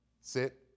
Sit